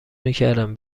میکردم